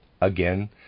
again